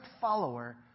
follower